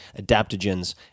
adaptogens